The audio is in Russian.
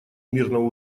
мирного